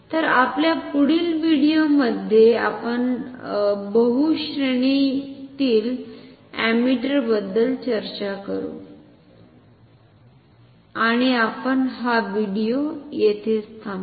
तर आपल्या पुढील व्हिडिओमध्ये आपण बहु श्रेणीतील अमीटरबद्दल चर्चा करू आणि आपण हा व्हिडिओ येथे थांबवू